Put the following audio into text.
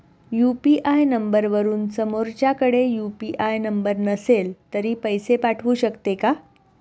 UPI नंबरवरून समोरच्याकडे UPI number नसेल तरी पैसे पाठवू शकते का?